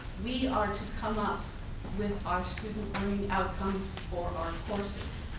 we are to come up with our student-learning outcome for our courses.